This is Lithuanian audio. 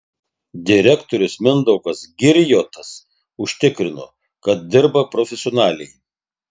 direktorius mindaugas girjotas užtikrino kad dirba profesionaliai